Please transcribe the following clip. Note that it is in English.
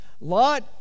Lot